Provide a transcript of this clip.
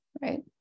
right